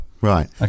Right